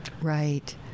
right